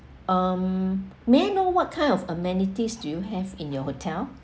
um may I know what kind of amenities do you have in your hotel